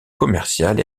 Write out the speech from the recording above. commercial